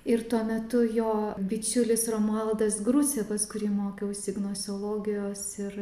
ir tuo metu jo bičiulis romualdas grucė pas kurį mokiausi gnoseologijos ir